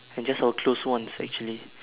and just our close ones actually